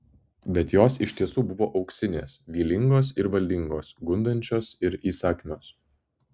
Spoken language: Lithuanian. bet jos iš tiesų buvo auksinės vylingos ir valdingos gundančios ir įsakmios